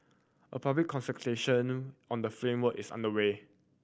a public consultation on the framework is underway